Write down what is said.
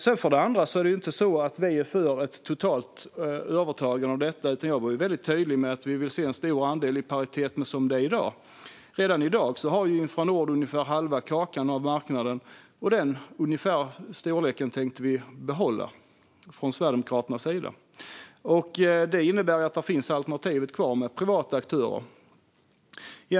Sedan är vi inte för ett totalt övertagande av detta, utan jag var mycket tydlig med att vi vill att andelen ska vara i paritet med hur det är i dag. Redan i dag har Infranord ungefär halva kakan av marknaden, och ungefär den nivån tänkte vi från Sverigedemokraterna behålla. Det innebär att alternativet med privata aktörer finns kvar.